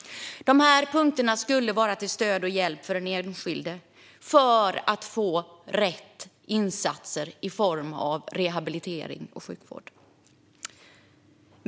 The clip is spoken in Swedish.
Dessa punkter skulle vara till stöd och hjälp för den enskilde så att denne skulle få rätt insatser i form av rehabilitering och sjukvård.